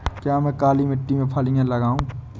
क्या मैं काली मिट्टी में फलियां लगाऊँ?